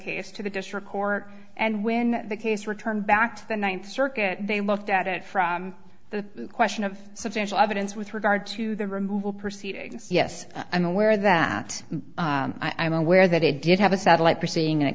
case to the district court and when the case returned back to the ninth circuit they looked at it from the question of substantial evidence with regard to the removal proceedings yes i'm aware that i'm aware that it did have a satellite proceeding and it